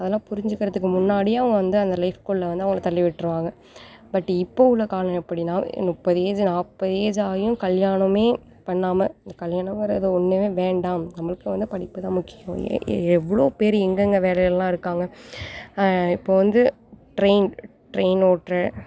அதெல்லாம் புரிஞ்சுக்கறதுக்கு முன்னாடியே அவங்க வந்து அந்த லைஃப்புக்குள்ளே வந்து அவங்கள தள்ளி விட்டுருவாங்க பட் இப்போ உள்ள காலம் எப்படின்னா முப்பது ஏஜி நாற்பது ஏஜி ஆகியும் கல்யாணமே பண்ணாமல் கல்யாணுங்கிறது ஒன்றுமே வேண்டாம் நம்மளுக்கு வந்து படிப்புதான் முக்கியம் எ எவ்வளோ பேர் எங்கங்கே வேலையிலல்லாம் இருக்காங்க இப்போ வந்து ட்ரெயின் ட்ரெயின் ஓட்டுற